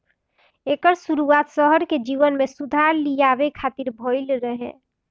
एकर शुरुआत शहर के जीवन में सुधार लियावे खातिर भइल रहे